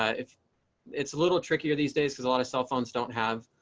ah if it's a little trickier these days, there's a lot of cell phones don't have